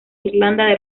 irlanda